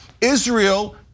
Israel